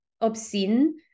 obscene